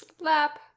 slap